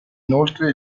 inoltre